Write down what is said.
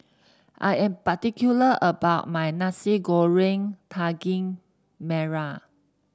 I am particular about my Nasi Goreng Daging Merah